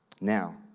Now